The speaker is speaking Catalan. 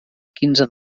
quinze